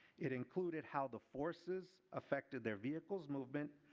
it included how the forces affected their vehicle's movement,